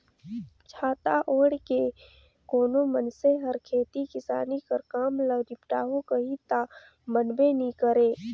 छाता ओएढ़ के कोनो मइनसे हर खेती किसानी कर काम ल निपटाहू कही ता बनबे नी करे